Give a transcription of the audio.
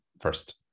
first